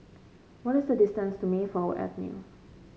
what is the distance to Mayflower Avenue